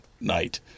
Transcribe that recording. night